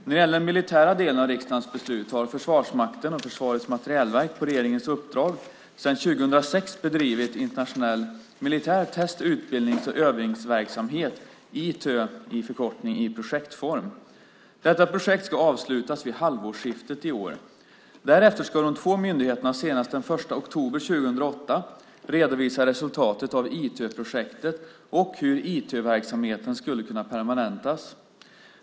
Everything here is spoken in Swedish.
När det gäller den militära delen av riksdagens beslut har Försvarsmakten och Försvarets materielverk på regeringens uppdrag sedan 2006 bedrivit internationell militär test-, utbildnings och övningsverksamhet, ITÖ, i projektform. Detta projekt ska avslutas vid halvårsskiftet i år. Därefter ska de två myndigheterna senast den 1 oktober 2008 redovisa resultatet av ITÖ-projektet och hur ITÖ-verksamheten skulle kunna permanentas.